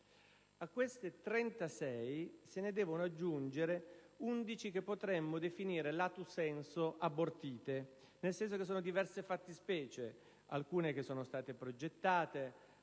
a cui se ne devono aggiungere 11 che potremmo definire *lato sensu* abortite, nel senso che sono di diverse fattispecie: alcune progettate,